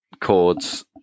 chords